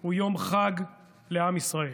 הוא יום חג לעם ישראל,